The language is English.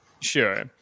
Sure